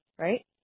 right